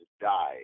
die